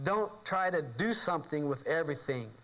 don't try to do something with everything